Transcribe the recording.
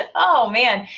and oh, man.